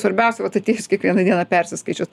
svarbiausia vat atėjus kiekvieną dieną persiskaičiuot